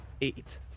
eight